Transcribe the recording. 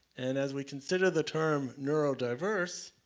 and as we consider the term neuro diverse,